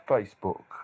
Facebook